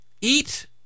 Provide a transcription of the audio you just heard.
eat